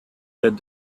that